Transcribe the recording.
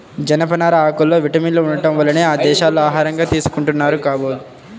జనపనార ఆకుల్లో విటమిన్లు ఉండటం వల్లనే ఆ దేశాల్లో ఆహారంగా తీసుకుంటున్నారు కాబోలు